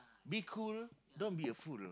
be cool don't be a fool